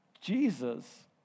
Jesus